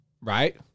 Right